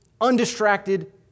undistracted